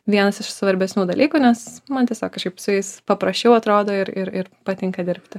vienas iš svarbesnių dalykų nes man tiesiog kažkaip su jais paprasčiau atrodo ir ir ir patinka dirbti